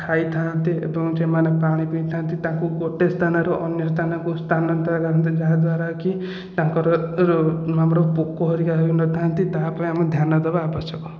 ଖାଇଥାନ୍ତି ଏବଂ ସେମାନେ ପାଣି ପିଇଥାନ୍ତି ତାଙ୍କୁ ଗୋଟେ ସ୍ଥାନରୁ ଅନ୍ୟ ସ୍ଥାନକୁ ସ୍ଥାନାନ୍ତର କରନ୍ତି ଯାହାଦ୍ୱାରାକି ତାଙ୍କର ଆମର ପୋକ ହେରିକା ହୋଇନଥାନ୍ତି ତାହା ପାଇଁ ଆମେ ଧ୍ୟାନ ଦେବା ଆବଶ୍ୟକ